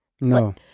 No